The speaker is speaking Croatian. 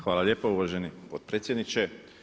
Hvala lijepa uvaženi potpredsjedniče.